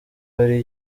hari